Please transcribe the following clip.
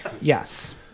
Yes